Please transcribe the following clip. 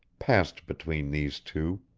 passed between these two.